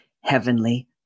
heavenly